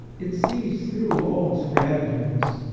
it sees through all stratagems.